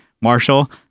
Marshall